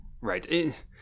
right